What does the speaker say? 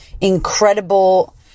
Incredible